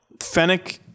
Fennec